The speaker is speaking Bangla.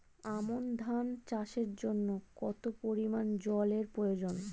আমন ধান চাষের জন্য কত পরিমান জল এর প্রয়োজন?